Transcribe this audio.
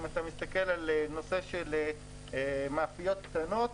אם אתה מסתכל על מאפיות קטנות,